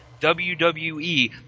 WWE